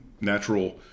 natural